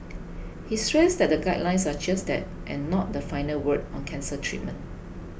he stressed that the guidelines are just that and not the final word on cancer treatment